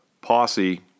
posse